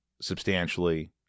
substantially